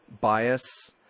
bias